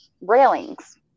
railings